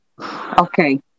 Okay